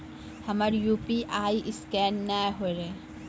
हमर UPI scan नेय हो या?